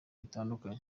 bitandukanye